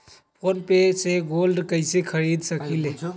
Phone पे से gold कईसे खरीद सकीले?